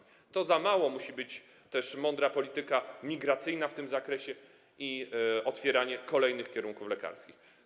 Jednak to za mało, musi być też mądra polityka migracyjna w tym zakresie i otwieranie kolejnych kierunków lekarskich.